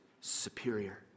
superior